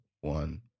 one